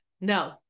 no